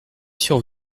sur